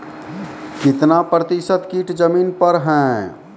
कितना प्रतिसत कीट जमीन पर हैं?